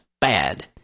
bad